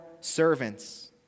servants